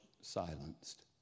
silenced